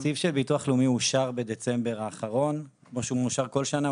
התקציב של ביטוח לאומי אושר בדצמבר האחרון כמו שהוא מאושר כל שנה.